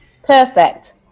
Perfect